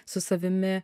su savimi